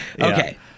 Okay